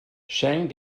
shang